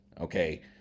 Okay